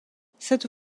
cette